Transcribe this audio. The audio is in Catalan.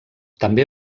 també